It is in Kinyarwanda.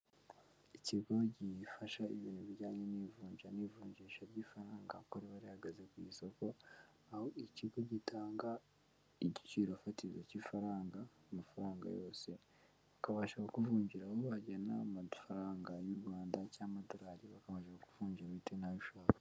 Ikigo gifasha ibintu bijyanye n'ivunja n'ivunjisha ry'ifarangakorewe rihagaze ku isoko aho ikigo gitanga igiciro fatizo cy'ifaranga amafaranga yose, bakabasha ku kuvungiraho bagena amafaranga y'u Rwanda cyangwa amadolari, bakabasha kukuvunjira bitewe nayo ntabishaka.